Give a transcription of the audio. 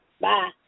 Bye